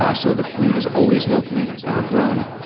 ah so, the food is always locally grown.